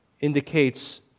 indicates